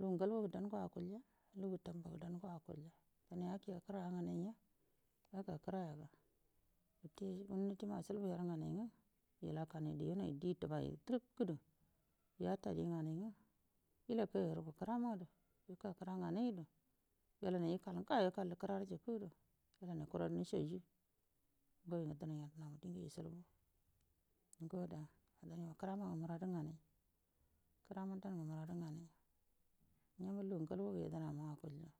Lugu galgo gu daugo akulga lugu tambagu dango akulya dine yakegə kəraga nganai nya yaka kərayaga wute gumnatima ashubu tierə nganai aga ilakanaidu yanai di tubai dulugə gədə yata di nganai nga ilakiuyarugu kəramadu ika kəra nganaidu wailanai ikal ngayo ikal kəraru jikə ə dərau kueadan nishaji ngoya ngu dənai yadənama dingə ishilbu ngo ada ga dənaima kəramangə muradu nganai kərama dangə muradu nganai ngama lugu ngalgogu yadənama akulya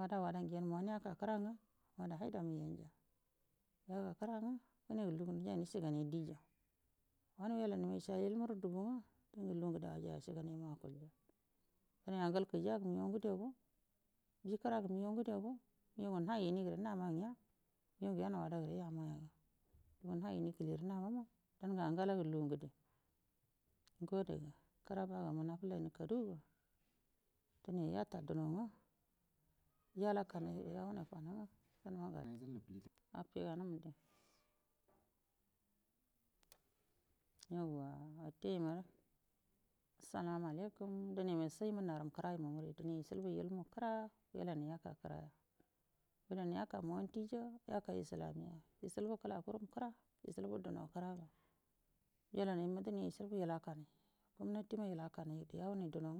wada wada ngu yanjima wanə yaka kəranga wada wada ngu yanjima wanə yaka kəranga wada haidama yauja yaka kəra nga kərengə lugu nijai nishiganail dija wanə wailanaima sha yumarə dubu nga dingə lugu ngəde ayai ashiganai layalma akalya dine akul kəjiya gu migau ngədgo tikəra gə migau ngədego migau ngə nagi iki ngəra nama nya nigau ngə yau wada gəre yamayaga lungu nayi ini kəli gəre namama damma angalgə lugu ngəde ngo adaga kəra bagoma nafullainai kadugu ga dine yata duno nga yalakanaidə yawunai kwana nga yawo wute imarə salamalaikum dənaima sai muuna kəra imamuri uishilbu ilmu kəra wailanai yaka kəraya dəranə yaka montijaa yaka islamiyaya ishilbu wailanaima dine ishilbu ilakanai gumnatima ilakanaidə yawunai duno.